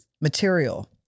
material